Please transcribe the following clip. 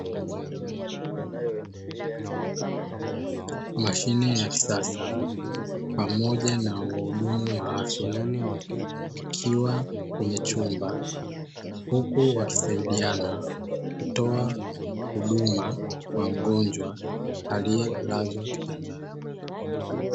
Mashine ya kisasa pamoja na wahudumu wa afya wakiwa kwenye chumba, huku wakisaidiana kutoa huduma kwa mgonjwa alielazwa kitandani.